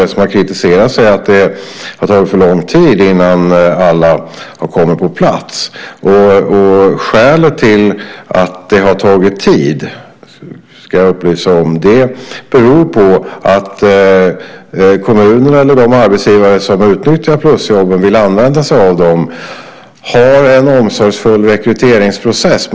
Det som har kritiserats är att det har tagit för lång tid innan alla har kommit på plats. Skälet till att det har tagit tid är att kommuner eller de arbetsgivare som vill använda sig av plusjobben har en omsorgsfull rekryteringsprocess.